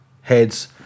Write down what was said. heads